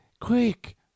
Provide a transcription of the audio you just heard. Quick